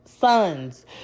sons